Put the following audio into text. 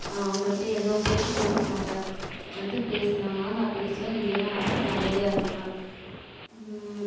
அவங்கள்ட எதுவும் பேச்சிக் கொடுக்கமாட்டேன் வந்து பேசுனாங்கன்னா நான் பேசுவேன் இல்லைன்னா நான் பாட்டுக்கே அமைதியாக இருந்துவிடுவேன்